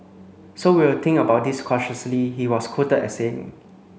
so we'll think about this cautiously he was quoted as saying